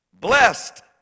Blessed